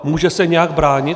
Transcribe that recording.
Může se nějak bránit?